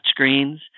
touchscreens